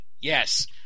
Yes